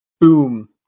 boom